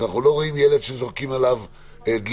שאנחנו לא רואים ילד שזורקים עליו דלי,